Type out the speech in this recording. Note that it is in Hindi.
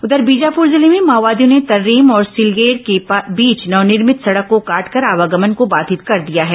उधर बीजापुर जिले में माओवादियों ने तर्रेम और सिलगेर के बीच नवनिर्मित सड़क को काटकर आवागमन को बाधित कर दिया है